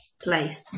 place